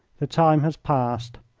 the time has passed.